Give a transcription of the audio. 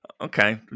okay